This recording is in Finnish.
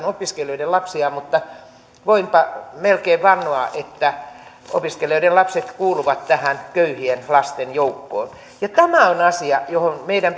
opiskelijoiden lapsia mutta voinpa melkein vannoa että opiskelijoiden lapset kuuluvat tähän köyhien lasten joukkoon tämä on asia johon meidän